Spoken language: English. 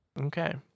okay